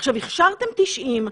עכשיו, הכשרתם 90,